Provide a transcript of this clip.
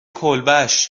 کلبش